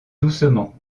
doucement